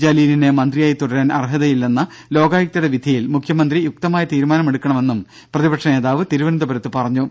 ജലീലിന് മന്ത്രിയായി തുടരാൻ അർഹതയില്ലെന്ന ലോകായുക്തയുടെ വിധിയിൽ മുഖ്യമന്ത്രി യുക്തമായ തീരുമാനമെടുക്കണമെന്നും പ്രതിപക്ഷ നേതാവ് ആവശ്യപ്പെട്ടു